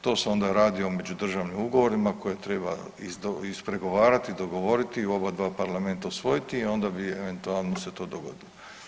To se onda radi o međudržavnim ugovorima koje treba ispregovarati, dogovoriti, u oba dva Parlamenta usvojiti i onda bi eventualno se to dogodilo.